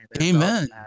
amen